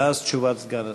ואז תשובת סגן השר.